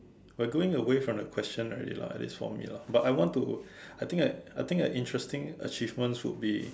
we are going away from the question already lah at least for me lah but I want to I think I think an interesting achievements would be